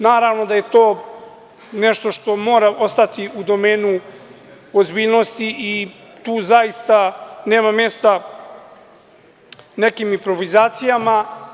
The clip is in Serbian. Naravno da je to nešto što mora ostati u domenu ozbiljnosti i tu zaista nema mesta nekim improvizacijama.